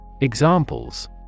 Examples